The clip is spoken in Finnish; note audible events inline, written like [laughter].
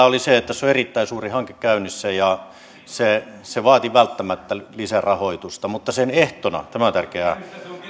[unintelligible] oli se että tässä on erittäin suuri hanke käynnissä ja se se vaati välttämättä lisärahoitusta mutta sen ehtona tämä on tärkeää